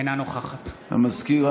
אינה נוכחת המזכיר,